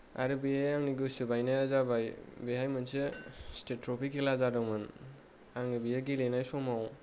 आरो बे आंनि गोसो बायनाया जाबाय बेहाय मोनसे स्तेत ट्रफि खेला जादोंमोन आङो बेयाव गेलेनाय समाव